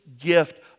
gift